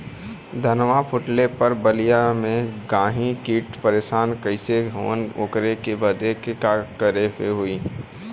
धनवा फूटले पर बलिया में गान्ही कीट परेशान कइले हवन ओकरे बदे का करे होई?